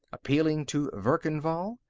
appealing to verkan vall.